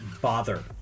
bother